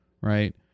right